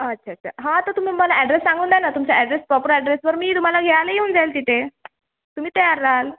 अच्छा अच्छा हां तर तुम्ही मला ॲड्रेस सांगून द्या ना तुमचा ॲड्रेस प्रॉपर ॲड्रेसवर मी तुम्हाला घ्यायला येऊन जाईन तिथे तुम्ही तयार रहाल